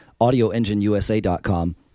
AudioEngineUSA.com